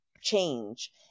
change